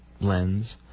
lens